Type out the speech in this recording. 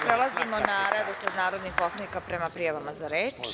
Prelazimo na redosled narodnih poslanika prema prijavama za reč.